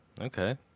Okay